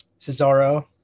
Cesaro